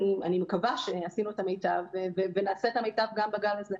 אני מקווה שעשינו את המיטב ונעשה את המיטב גם בגל הזה.